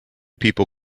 people